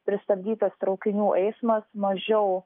pristabdytas traukinių eismas mažiau